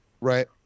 right